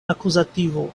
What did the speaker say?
akuzativo